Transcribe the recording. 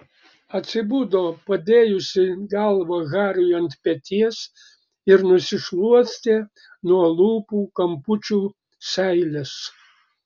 atsibudo padėjusi galvą hariui ant peties ir nusišluostė nuo lūpų kampučių seiles